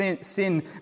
sin